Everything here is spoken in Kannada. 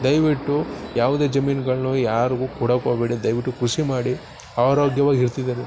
ದಯವಿಟ್ಟು ಯಾವುದೇ ಜಮೀನುಗಳ್ನು ಯಾರಿಗೂ ಕೊಡೋಕ್ ಹೋಗ್ಬೇಡಿ ದಯವಿಟ್ಟು ಕೃಷಿ ಮಾಡಿ ಆರೋಗ್ಯವಾಗಿ ಇರ್ತಿದ್ದೀರಿ